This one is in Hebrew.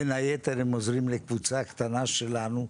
בין היתר, הם עוזרים לקבוצה קטנה אצלנו,